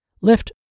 Lift